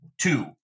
Two